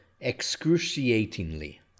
excruciatingly